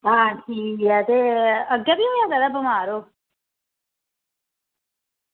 हां ठीक ऐ ते अग्गें बी होएआ कदें बमार ओह्